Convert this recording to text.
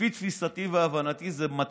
לפי תפיסתי והבנתי, זה מצב